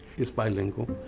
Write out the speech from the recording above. is bilingual.